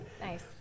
Nice